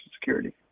security